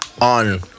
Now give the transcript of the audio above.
on